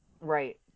Right